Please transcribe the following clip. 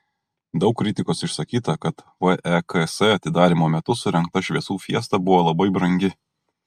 daug kritikos išsakyta kad veks atidarymo metu surengta šviesų fiesta buvo labai brangi